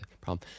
problem